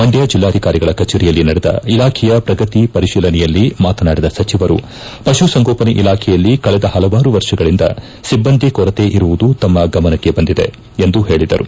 ಮಂಡ್ನ ಜಿಲ್ಲಾಧಿಕಾರಿಗಳ ಕಜೇರಿಯಲ್ಲಿ ನಡೆದ ಇಲಾಖೆಯ ಪ್ರಗತಿ ಪರಿತೀಲನೆಯಲ್ಲಿ ಮಾತನಾಡಿದ ಸಚಿವರು ಪಶುಸಂಗೋಪನೆ ಇಲಾಖೆಯಲ್ಲಿ ಕಳೆದ ಹಲವಾರು ವರ್ಷಗಳಿಂದ ಸಿಬ್ಬಂದಿ ಕೊರತೆ ಇರುವುದು ತಮ್ಮ ಗಮನಕ್ಕೆ ಬಂದಿದೆ ಎಂದು ಹೇಳಿದರು